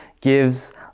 gives